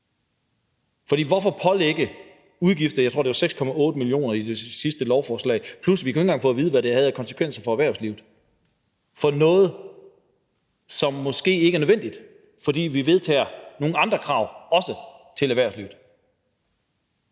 For hvorfor pålægge udgifter – jeg tror, det var 6,8 mio. kr. i det sidste lovforslag, plus at vi ikke engang kunne få at vide, hvad det havde af konsekvenser for erhvervslivet – for noget, som måske ikke er nødvendigt, fordi vi også vedtager nogle andre krav til erhvervslivet?